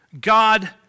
God